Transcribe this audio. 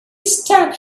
stuck